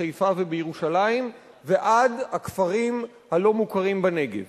חיפה וירושלים ועד הכפרים הלא-מוכרים בנגב,